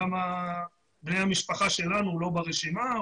למה בני המשפחה שלנו הוא לא ברשימה?